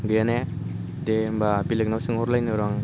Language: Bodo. गैयाने दे होमबा बेलेगनाव सोंहरलायनो र' आं